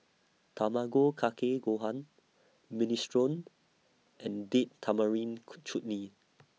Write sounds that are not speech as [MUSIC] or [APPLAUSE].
Tamago Kake Gohan Minestrone and Date Tamarind [UNINTELLIGIBLE] Chutney